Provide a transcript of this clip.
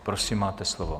Prosím, máte slovo.